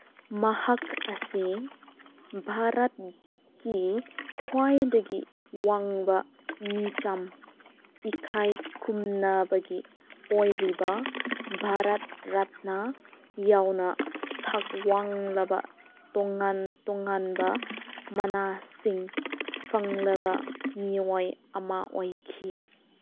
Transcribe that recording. ꯃꯍꯥꯛ ꯑꯁꯤ ꯚꯥꯔꯠꯀꯤ ꯈ꯭ꯋꯥꯏꯗꯒꯤ ꯋꯥꯡꯕ ꯃꯤꯆꯝ ꯏꯀꯥꯏ ꯈꯨꯝꯅꯕꯒꯤ ꯑꯣꯏꯔꯤꯕ ꯚꯥꯔꯠ ꯔꯠꯅꯥ ꯌꯥꯎꯅ ꯊꯥꯛ ꯋꯥꯡꯂꯕ ꯇꯣꯉꯥꯟ ꯇꯣꯉꯥꯟꯕ ꯃꯅꯥꯁꯤꯡ ꯐꯪꯂꯕ ꯃꯤꯑꯣꯏ ꯑꯃ ꯑꯣꯏꯈꯤ